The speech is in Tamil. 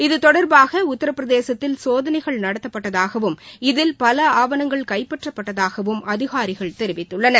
இது தொடர்பாக உத்திரபிரதேசத்தில் சோதனைகள் நடத்தப்பட்டதாகவும் இதில் பல ஆவணங்கள் கைப்பற்றப்பட்டதாகவும் அதிகாரிகள் தெரிவித்துள்ளனர்